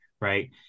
Right